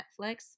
Netflix